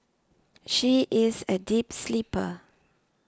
she is a deep sleeper